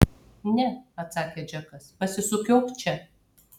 ne atsakė džekas pasisukiok čia